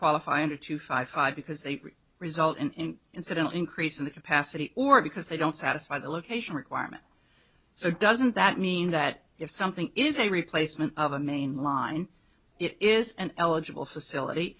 qualify under two five five because they result in incident increase in capacity or because they don't satisfy the location requirement so doesn't that mean that if something is a replacement of a mainline it is an eligible facility